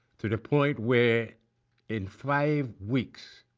to the point where in five weeks